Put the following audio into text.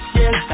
yes